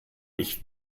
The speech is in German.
ich